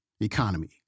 economy